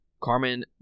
Carmen